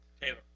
Taylor